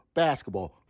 basketball